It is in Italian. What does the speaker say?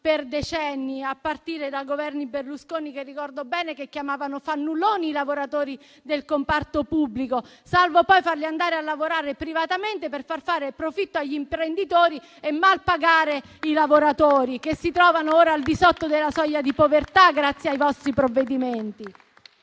per decenni, a partire dai Governi Berlusconi, che - ricordo bene - chiamavano fannulloni i lavoratori del comparto pubblico; salvo poi farli andare a lavorare privatamente, per assicurare profitto agli imprenditori e mal pagare i lavoratori, che si trovano ora al di sotto della soglia di povertà grazie ai vostri provvedimenti.